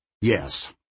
Yes